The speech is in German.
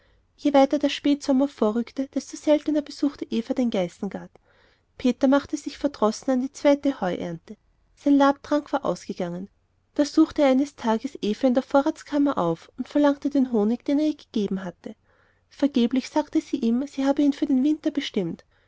je weiter der spätsommer vorrückte desto seltener besuchte eva den geißengarten peter machte sich verdrossen an die zweite heuernte sein labetrank war ausgegangen da suchte er eines tages eva in der vorratskammer auf und verlangte den honig den er ihr gegeben hatte vergeblich sagte sie ihm sie habe ihn für den winter bestimmt